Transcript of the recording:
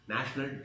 National